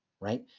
right